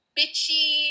bitchy